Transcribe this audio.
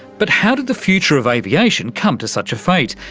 but how did the future of aviation come to such a fate?